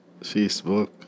Facebook